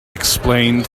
explained